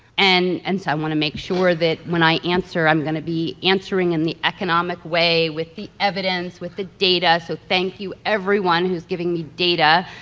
and and so i want to make sure that when i answer, i'm going to be answering in the economic way with the evidence, with the data. so thank you, everyone who's given me data,